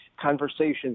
conversations